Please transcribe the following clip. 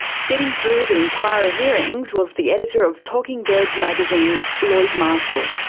sitting through the inquiry hearings was the editor of talking birds magazine, lloyd marshall.